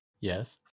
Yes